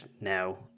now